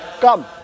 come